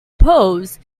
polls